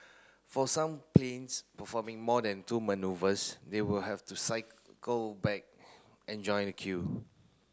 for some planes performing more than two manoeuvres they will have to cycle back and join the queue